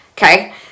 Okay